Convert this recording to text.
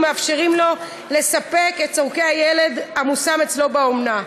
ומאפשרים לו לספק את צורכי הילד המושם אצלו באומנה.